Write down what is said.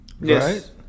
Yes